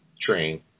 train